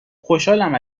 خوشحالم